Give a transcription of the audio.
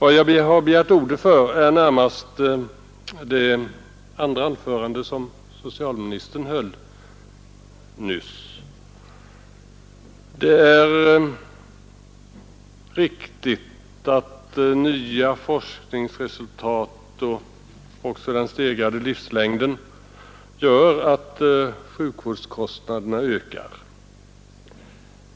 Att jag har begärt ordet beror närmast på det andra anförande som socialministern höll nyss. Det är riktigt att nya forskningsresultat och också den stegrade livslängden gör att sjukvårdskostnaderna ökar.